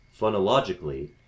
phonologically